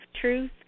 truth